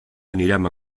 anirem